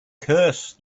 curse